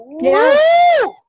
Yes